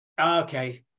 Okay